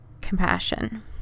compassion